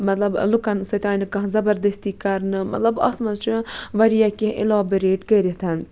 مَطلَب لُکَن سۭتۍ آیہِ نہٕ کانٛہہ زَبردستی کَرنہٕ مَطلَب اتھ مَنٛز چھُ واریاہ کینٛہہ اِلابریٹ کٔرِتھ